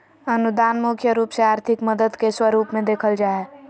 अनुदान मुख्य रूप से आर्थिक मदद के स्वरूप मे देखल जा हय